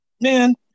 Man